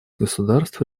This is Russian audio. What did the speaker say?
государств